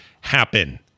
happen